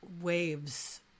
waves